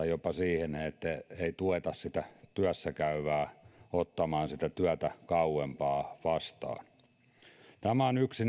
jopa ristiriidassa siihen että ei tueta työssäkäyvää ottamaan työtä kauempaa vastaan tämä on yksi